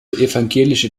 evangelische